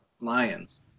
lions